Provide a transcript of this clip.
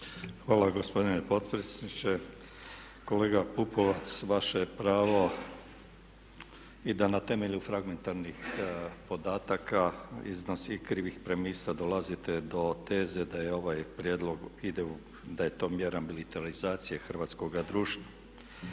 Hvala gospodine potpredsjedniče. Kolega Pupovac vaše je pravo i da na temelju fragmentarnih podataka i krivih premisa dolazite do teze da ovaj prijedlog je mjera militarizacije hrvatskoga društva.